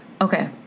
Okay